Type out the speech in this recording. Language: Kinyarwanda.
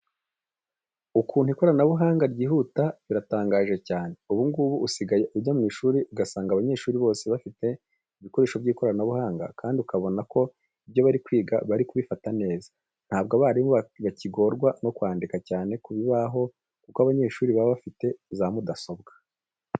Ukuntu ikoranabuhanga ryihuta biratangaje cyane. Ubu ngubu usigaye ujya mu ishuri ugasanga abanyeshuri bose bafite ibikoresho by'ikoranabuhanga kandi ukabona ko ibyo bari kwiga bari kubifata neza. Ntabwo abarimu bakigorwa no kwandika cyane ku bibaho kuko abanyeshuri baba bafite za mudasobwa.